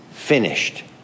finished